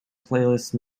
playlist